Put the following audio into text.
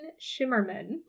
Shimmerman